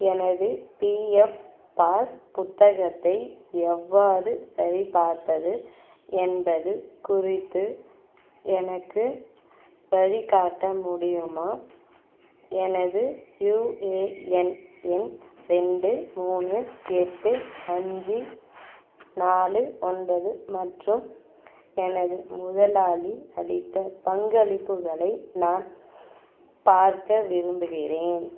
எனது PF pass புத்தகத்தை எவ்வாறு சரிபார்ப்பது என்பது குறித்து எனக்கு வழிகாட்ட முடியுமா எனது யுஏஎன் எண் ரெண்டு மூணு எட்டு அஞ்சு நாலு ஒன்பது மற்றும் எனது முதலாளி அளித்த பங்களிப்புகளை நான் பார்க்க விரும்புகிறேன்